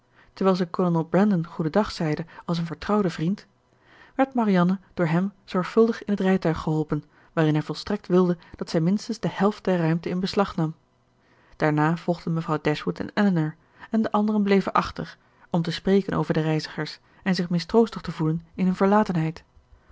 terwijl zij kolonel brandon goeden dag zeide als een vertrouwden vriend werd marianne door hem zorgvuldig in het rijtuig geholpen waarin hij volstrekt wilde dat zij minstens de helft der ruimte in beslag nam daarna volgden mevrouw dashwood en elinor en de anderen bleven achter om te spreken over de reizigers en zich mistroostig te voelen in hun